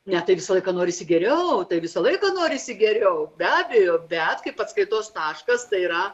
ne tai visą laiką norisi geriau tai visą laiką norisi geriau be abejo bet kaip atskaitos taškas tai yra